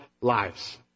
lives